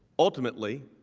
ultimately,